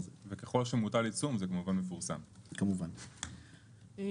המון סעיפים של תקנות.